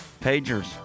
pagers